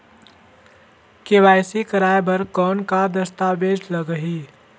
KYC कराय बर कौन का दस्तावेज लगही?